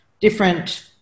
different